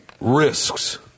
risks